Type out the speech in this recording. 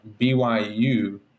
BYU